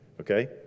Okay